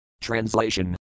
Translation